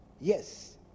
yes